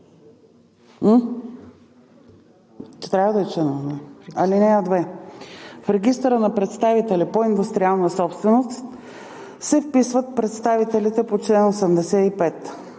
В Регистъра на представителите по индустриална собственост се вписват представителите по чл. 85.